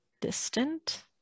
distant